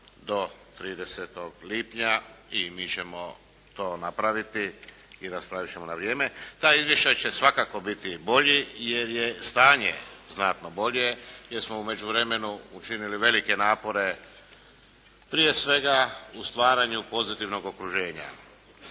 do 30. lipnja i mi ćemo to napraviti i raspravit ćemo na vrijeme. Taj izvještaj će svakako biti bolji jer je stanje znatno bolje, jer smo u međuvremenu učinili velike napore prije svega u stvaranju pozitivnog okruženja.